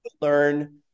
learn